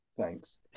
thanks